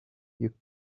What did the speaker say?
you